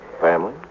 family